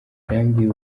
yambwiye